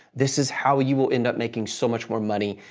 this is how you will end up making so much more money,